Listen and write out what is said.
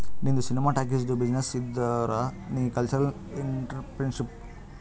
ನಿಂದು ಸಿನಿಮಾ ಟಾಕೀಸ್ದು ಬಿಸಿನ್ನೆಸ್ ಇದ್ದುರ್ ನೀ ಕಲ್ಚರಲ್ ಇಂಟ್ರಪ್ರಿನರ್ಶಿಪ್